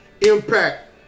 Impact